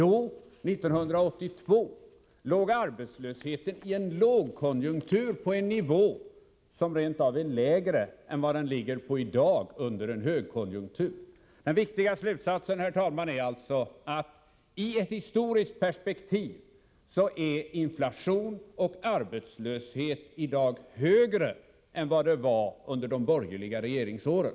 År 1982 — i en lågkonjunktur — låg arbetslösheten rent av på en lägre nivå än den gör i dag då det är högkonjunktur. Den viktiga slutsatsen av detta, herr talman, är att inflationen och arbetslösheten, i ett historiskt perspektiv, i dag är högre än under de borgerliga regeringsåren.